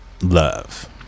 love